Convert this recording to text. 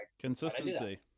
Consistency